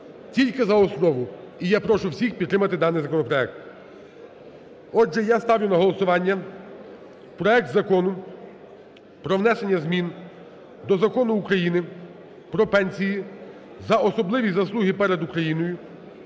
Тільки за основу. І я прошу всіх підтримати даний законопроект. Отже я ставлю на голосування проект Закону про внесення змін до Закону України "Про пенсії за особливі заслуги перед Україною"